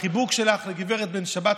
והחיבוק שלך לגב' בן שבת,